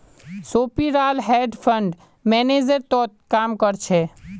सोपीराल hedge fund manager तोत काम कर छ